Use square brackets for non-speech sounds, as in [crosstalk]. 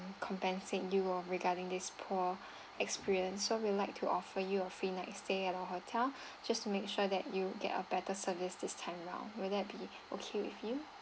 compensate you on regarding this poor experience so we'd like to offer you a free night stay at our hotel [breath] just to make sure that you get a better service this time round will that be okay with you